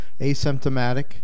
asymptomatic